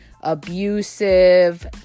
abusive